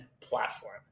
platform